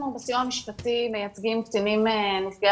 אנחנו בסיוע המשפטי מייצגים קטינים נפגעי